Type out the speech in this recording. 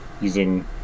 using